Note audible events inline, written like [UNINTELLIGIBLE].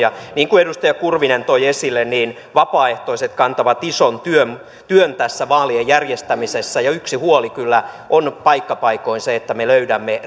niin kuin edustaja kurvinen toi esille vapaaehtoiset kantavat ison työn työn vaalien järjestämisessä ja yksi huoli kyllä on paikka paikoin se että me löydämme [UNINTELLIGIBLE]